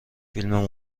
فیلم